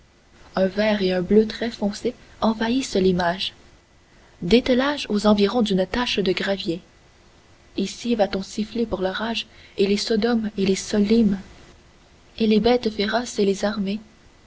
un vert et un bleu très foncés envahissent l'image dételage aux environs d'une tache de gravier ici va-t-on siffler pour l'orage et les sodomes et les solymes et les bêtes féroces et les armées